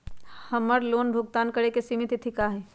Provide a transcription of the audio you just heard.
हमर लोन भुगतान करे के सिमित तिथि का हई?